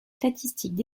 statistiques